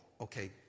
Okay